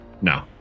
No